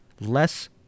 less